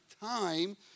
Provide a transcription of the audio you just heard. time